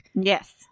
Yes